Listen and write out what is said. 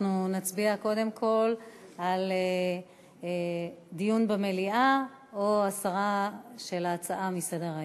אנחנו נצביע קודם כול על דיון במליאה או הסרה של ההצעה מסדר-היום.